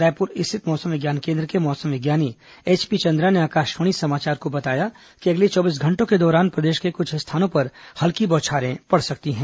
रायपुर स्थित मौसम विज्ञान केन्द्र के मौसमी एचपी चंद्रा ने आकाशवाणी समाचार को बताया कि अगले चौबीस घंटों के दौरान प्रदेश के कुछ स्थानों पर हल्की बौछारें पड़ सकती हैं